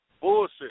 bullshit